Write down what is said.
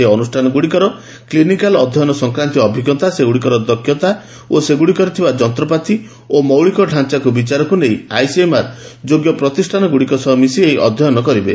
ସେହି ଅନୁଷ୍ଠାନଗୁଡ଼ିକର କ୍ଲିନିକାଲ୍ ଅଧ୍ୟୟନ ସଂକ୍ରାନ୍ତୀୟ ଅଭିଜ୍ଞତା ସେଗୁଡ଼ିକର ଦକ୍ଷତା ଓ ସେଗୁଡ଼ିକରେ ଥିବା ଯନ୍ତପାତି ଓ ମୌଳିକ ତାଞ୍ଚାକୁ ବିଚାରକୁ ନେଇ ଆଇସିଏମ୍ଆର୍ ଯୋଗ୍ୟ ପ୍ରତିଷ୍ଠାନଗ୍ରଡ଼ିକ ସହ ମିଶି ଏହି ଅଧ୍ୟୟନ କରିବେ